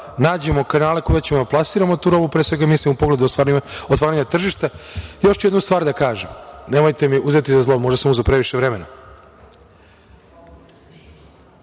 nađemo kanale kojima ćemo da plasiramo tu robu, pre svega mislim u pogledu otvaranja tržišta. Još ću jednu stvar da kažem, nemojte mi uzeti za zlo, možda sam uzeo previše vremena.